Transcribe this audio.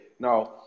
now